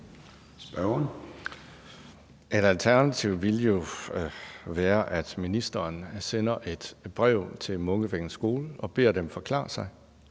(DF): Et alternativ ville jo være, at ministeren sender et brev til Munkevængets Skole og beder dem forklare sig